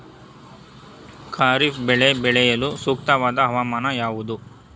ಖಾರಿಫ್ ಬೆಳೆ ಬೆಳೆಯಲು ಸೂಕ್ತವಾದ ಹವಾಮಾನ ಯಾವುದು?